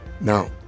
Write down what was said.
Now